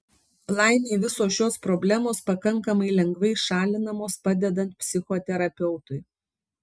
laimei visos šios problemos pakankamai lengvai šalinamos padedant psichoterapeutui